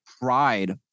pride